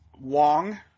Wong